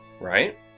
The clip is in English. right